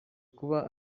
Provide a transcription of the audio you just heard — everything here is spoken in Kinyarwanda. kuba